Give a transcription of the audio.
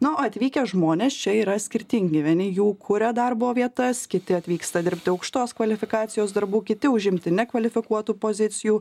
na o atvykę žmonės čia yra skirtingi vieni jų kuria darbo vietas kiti atvyksta dirbti aukštos kvalifikacijos darbų kiti užimti nekvalifikuotų pozicijų